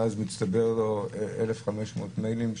ואז מצטברים לו 1,500 מיילים,